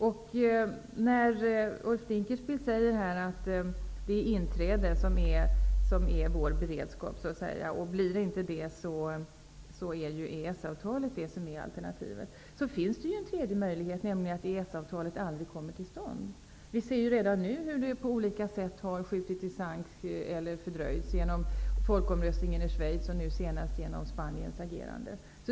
Ulf Dinkelspiel säger att det är för ett inträde som man har beredskap, och blir det inte detta är Det finns ju en tredje möjlighet, nämligen att EES avtalet aldrig kommer till stånd. Vi ser redan nu hur det på olika sätt har skjutits i sank eller fördröjts, t.ex. genom folkomröstningen i Schweiz och nu senast genom Spaniens agerande.